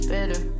Bitter